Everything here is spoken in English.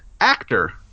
Actor